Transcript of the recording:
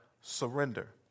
surrender